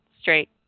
straight